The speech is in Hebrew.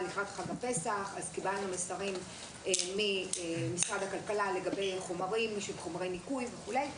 לקראת חג הפסח קיבלנו מסרים ממשרד הכלכלה לגבי חומרי ניקוי וכו'.